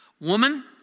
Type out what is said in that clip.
Woman